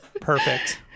Perfect